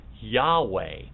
Yahweh